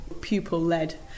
pupil-led